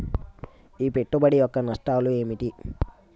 ఈ పెట్టుబడి యొక్క నష్టాలు ఏమిటి?